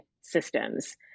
systems